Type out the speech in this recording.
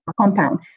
compound